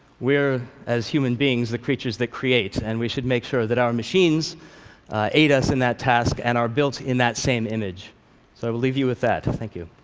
we're, as human beings, the creatures that create, and we should make sure that our machines aid us in that task and are built in that same image. so i will leave you with that. thank you.